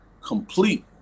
complete